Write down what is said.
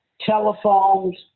telephones